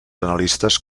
analistes